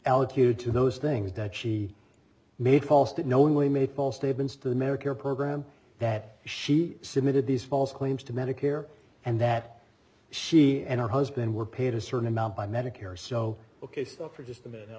allocute to those things that she made false that knowingly made false statements to the medicare program that she submitted these false claims to medicare and that she and her husband were paid a certain amount by medicare so ok stop for just a minute